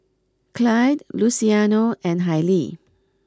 Clide Luciano and Hailee